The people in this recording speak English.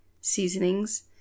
seasonings